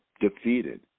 defeated